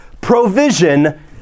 provision